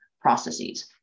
processes